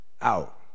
out